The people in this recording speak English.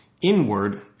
inward